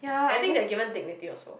and I think they are given dignity also